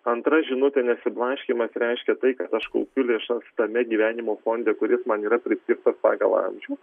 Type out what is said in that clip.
antra žinutė nesiblaškymas reiškia tai kad aš kaupiu lėšas tame gyvenimo fonde kuris man yra priskirtas pagal amžių